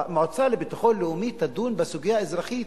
אבל שמועצה לביטחון לאומי תדון בסוגיה האזרחית